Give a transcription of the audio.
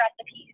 recipes